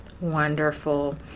Wonderful